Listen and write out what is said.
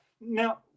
Now